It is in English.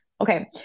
Okay